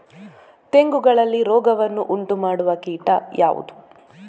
ತೆಂಗುಗಳಲ್ಲಿ ರೋಗವನ್ನು ಉಂಟುಮಾಡುವ ಕೀಟ ಯಾವುದು?